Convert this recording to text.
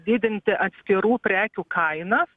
didinti atskirų prekių kainas